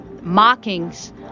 mockings